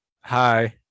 Hi